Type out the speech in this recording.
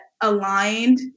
aligned